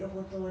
paiseh